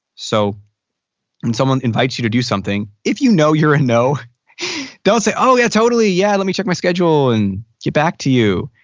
so someone invites you to do something if you know you're a no don't say, oh yeah totally yeah let me check my schedule and get back to you.